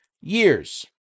years